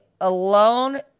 alone